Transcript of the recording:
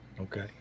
Okay